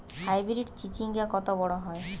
Hybrid চিচিংঙ্গা কত বড় হয়?